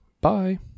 Bye